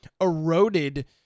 eroded